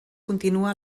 continua